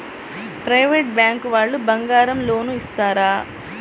Private bank వాళ్ళు బంగారం loan ఇస్తారా?